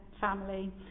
family